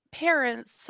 Parents